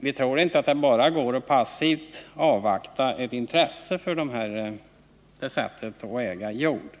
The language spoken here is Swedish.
Vi anser att det inte går att bara passivt avvakta ett intresse för det här sättet att äga jord.